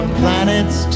planets